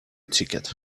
ticket